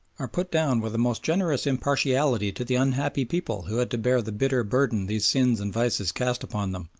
are put down with a most generous impartiality to the unhappy people who had to bear the bitter burthen these sins and vices cast upon them.